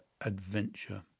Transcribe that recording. adventure